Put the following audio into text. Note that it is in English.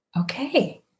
okay